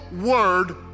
word